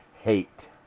hate